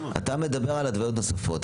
אתה מדבר על התוויות נוספות.